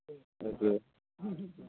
okay okay